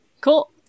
Cool